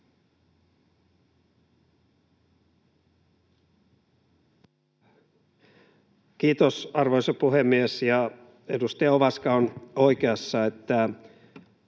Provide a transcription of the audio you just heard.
Kiitos, arvoisa puhemies! Edustaja Ovaska on oikeassa,